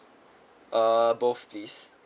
uh both please